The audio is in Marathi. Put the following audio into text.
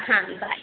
हां बाय